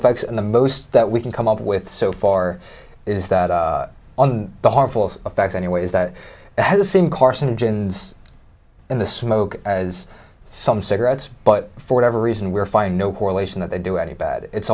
effects and the most that we can come up with so far is that on the harmful effects anyways that has the same carcinogens in the smoke as some cigarettes but for ever reason we're find no correlation that they do any bad it's